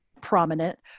prominent